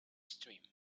stream